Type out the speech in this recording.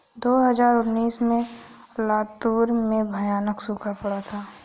दो हज़ार उन्नीस में लातूर में भयानक सूखा पड़ा था